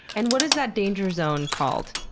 and what is that danger zone called?